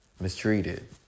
Mistreated